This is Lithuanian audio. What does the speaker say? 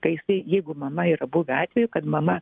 kai jisai jeigu mama yra buvę atvejų kad mama